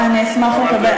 אני אשמח לקבל,